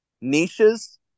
niches